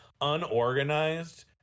unorganized